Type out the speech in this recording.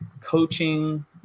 coaching